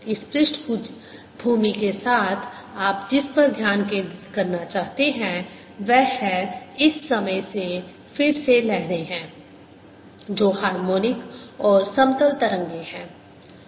इस पृष्ठभूमि के साथ आप जिस पर ध्यान केंद्रित करना चाहते हैं वह है इस समय से फिर से लहरें हैं जो हार्मोनिक और समतल तरंगें हैं